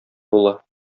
була